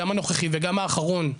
גם הנוכחי וגם האחרון,